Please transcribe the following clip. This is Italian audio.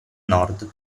nord